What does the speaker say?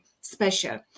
special